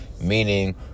meaning